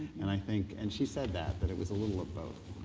and i think, and she said that, that it was a little of both.